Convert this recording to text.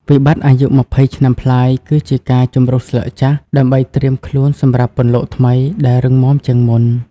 វិបត្តិអាយុ២០ឆ្នាំប្លាយគឺជាការ "ជម្រុះស្លឹកចាស់" ដើម្បីត្រៀមខ្លួនសម្រាប់ "ពន្លកថ្មី" ដែលរឹងមាំជាងមុន។